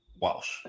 Walsh